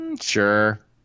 Sure